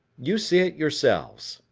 you see it yourselves.